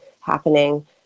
happening